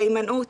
להימנעות,